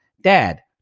dad